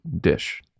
dish